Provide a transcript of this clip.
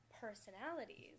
personalities